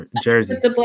jerseys